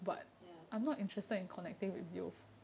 ya